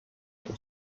kto